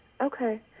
okay